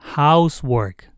housework